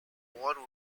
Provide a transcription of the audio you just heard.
one